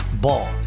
Ball